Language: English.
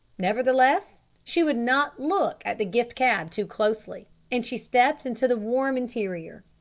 nevertheless, she would not look at the gift cab too closely, and she stepped into the warm interior.